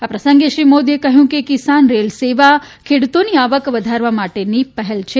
આ પ્રસંગે શ્રી મોદીએ કહ્યું કે કિસાન રેલ સેવા ખેડૂતોની આવક વધારવા માટેની પહેલ છે